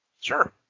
sure